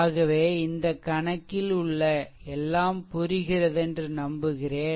ஆகவே இந்த கணக்கில் உள்ள எல்லாம் புரிகிறது என்று நம்புகிறேன்